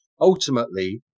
ultimately